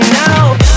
now